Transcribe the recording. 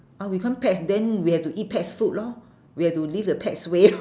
orh we become pets then we have to eat pets food lor we have to live the pets ways